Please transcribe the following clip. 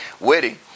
Wedding